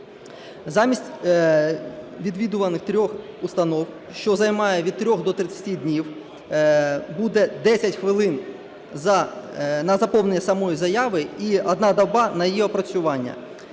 Замість відвідуваних трьох установ, що займає від 3 до 30 днів, буде 10 хвилин на заповнення самої заяви і одна доба на її опрацювання.